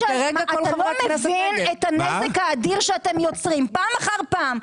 אתה לא מבין את הנזק האדיר שאתם יוצרים פעם אחר פעם.